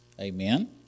Amen